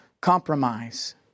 compromise